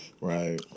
right